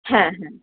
হ্যাঁ হ্যাঁ